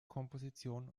komposition